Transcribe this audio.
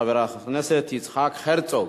חבר הכנסת יצחק הרצוג.